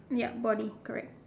ya body correct